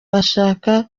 bashaka